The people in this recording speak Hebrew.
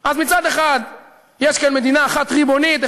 אז מצד אחד יש כאן מדינה אחת ריבונית,